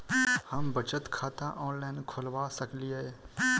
हम बचत खाता ऑनलाइन खोलबा सकलिये?